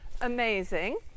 amazing